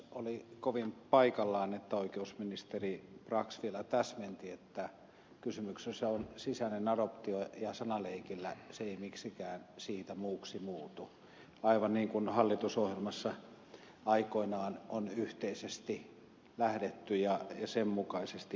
oli kovin paikallaan että oikeusministeri brax vielä täsmensi että kysymyksessä on sisäinen adoptio ja sanaleikillä se ei miksikään siitä muuksi muutu aivan niin kuin hallitusohjelmassa aikoinaan on yhteisesti lähdetty ja sen mukaisesti edetty